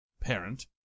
parent